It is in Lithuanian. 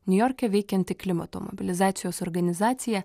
niujorke veikianti klimato mobilizacijos organizacija